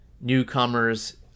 newcomers